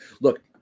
look